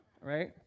Right